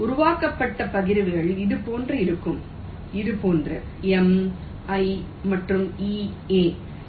எனவே உருவாக்கப்பட்ட பகிர்வுகள் இதுபோன்று இருக்கும் இது போன்ற m i மற்றும் e a